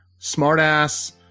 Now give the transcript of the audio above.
smartass